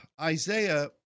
Isaiah